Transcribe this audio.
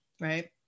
right